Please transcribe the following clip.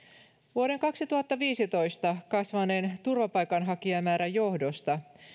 vuoden kaksituhattaviisitoista kasvaneen turvapaikanhakijamäärän johdosta